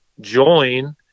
join –